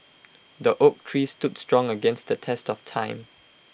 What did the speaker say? the oak tree stood strong against the test of time